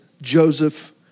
Joseph